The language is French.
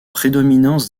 prédominance